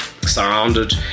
Surrounded